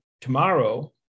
tomorrow